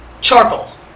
Charcoal